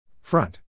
Front